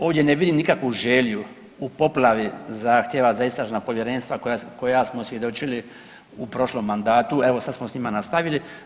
Ovdje ne vidim nikakvu želju poplavi zahtjeva za istražna povjerenstva koja smo svjedočili u prošlom mandatu, a evo sad smo sa njima nastavili.